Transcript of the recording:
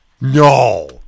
No